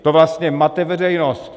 To vlastně mate veřejnost.